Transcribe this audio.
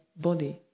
body